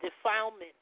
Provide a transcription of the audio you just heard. defilement